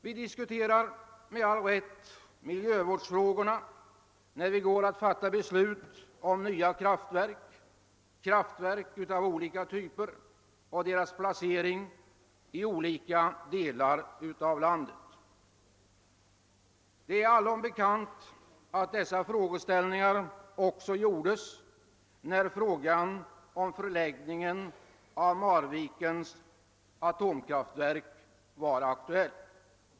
Vi diskuterar, med all rätt, miljövårdsfrågorna när vi går att fatta beslut om nya kraftverk, av olika typer och deras placering i olika delar av landet. Det är allom bekant att dessa frågor också diskuterats när frågan om förläggning av Marvikens atomkraftverk var aktuell.